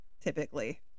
typically